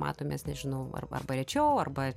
matomės nežinau ar arba rečiau arba